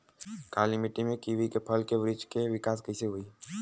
काली मिट्टी में कीवी के फल के बृछ के विकास कइसे होई?